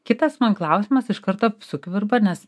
kitas man klausimas iš karto sukvirpa nes